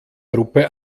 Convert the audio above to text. gruppe